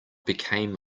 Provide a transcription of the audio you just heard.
became